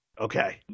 Okay